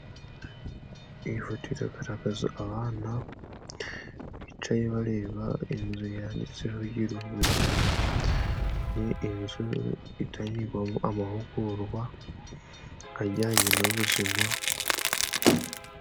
Iyi foto iragaragaza abana bicaye bareba inzu yanditseho Girubuzima, ni inzu itanyigwamo amahugurwa ajyanye n'ubuzima.